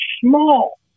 small